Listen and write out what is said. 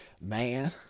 man